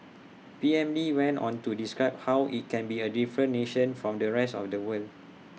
P M lee went on to describe how IT can be A different nation from the rest of the world